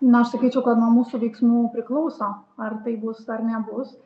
na aš sakyčiau kad nuo mūsų veiksmų priklauso ar tai bus ar nebus